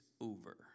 over